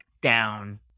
down